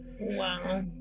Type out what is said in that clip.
Wow